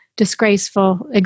disgraceful